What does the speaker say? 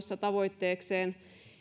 tavoitteekseen